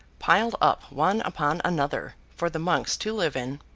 piled up one upon another, for the monks to live in!